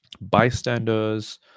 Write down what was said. bystanders